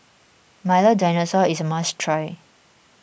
Milo Dinosaur is a must try